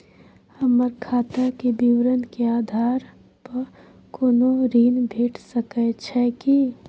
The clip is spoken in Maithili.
हमर खाता के विवरण के आधार प कोनो ऋण भेट सकै छै की?